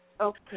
Okay